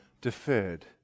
deferred